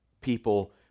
people